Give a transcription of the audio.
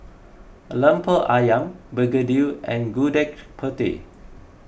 Lemper Ayam Begedil and Gudeg Putih